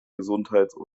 gesundheit